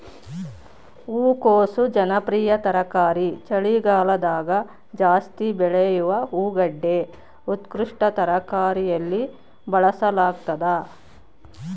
ಹೂಕೋಸು ಜನಪ್ರಿಯ ತರಕಾರಿ ಚಳಿಗಾಲದಗಜಾಸ್ತಿ ಬೆಳೆಯುವ ಹೂಗಡ್ಡೆ ಉತ್ಕೃಷ್ಟ ತರಕಾರಿಯಲ್ಲಿ ಬಳಸಲಾಗ್ತದ